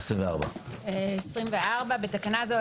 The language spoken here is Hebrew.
24. (א)בתקנה זו,